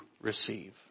receive